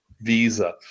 visa